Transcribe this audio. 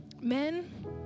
men